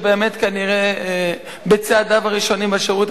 ובאמת כנראה בצעדיו הראשונים בשירות